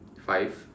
five